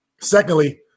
Secondly